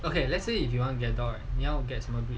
okay let's say if you want to dog right 你要什么 breed